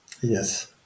Yes